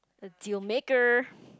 a deal maker